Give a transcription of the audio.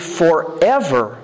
forever